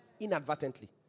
inadvertently